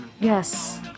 yes